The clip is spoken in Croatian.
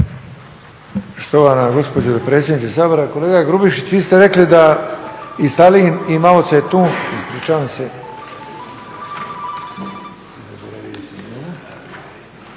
Štovana gospođo dopredsjednice Sabora, kolega Grubišić vi ste rekli da i Staljin i Mao Tse,